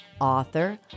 author